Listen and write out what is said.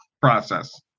process